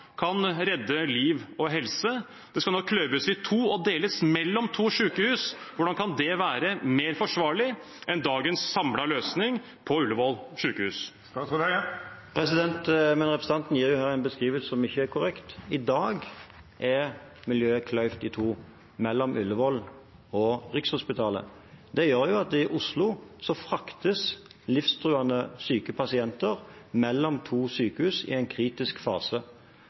kan redde liv og helse. Miljøet skal nå kløyves i to og deles mellom to sykehus. Hvordan kan det være mer forsvarlig enn dagens samlede løsning på Ullevål sykehus? Representanten gir her en beskrivelse som ikke er korrekt. I dag er miljøet kløyvd i to – mellom Ullevål og Rikshospitalet. Det gjør at i Oslo fraktes livstruede syke pasienter mellom to sykehus i en kritisk fase.